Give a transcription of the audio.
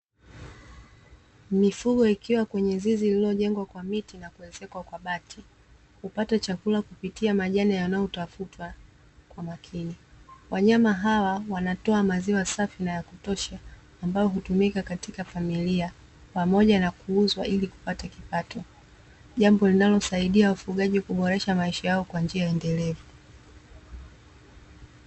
Mifugo ikiwa kwenye zizi lililojengwa kwa miti na kuezekwa kwa bati, hupata chakula kupitia majani yanayotafutwa kwa makini. Wanyama hawa wanatoa maziwa safi na ya kutosha ambayo hutmika katika familia pamoja na kuuzwa ili kupata kipato jambo linalowasaidia wafugaji kuboresha maisha yao kwa njia endelevu.